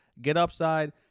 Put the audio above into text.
GetUpside